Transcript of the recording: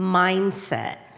mindset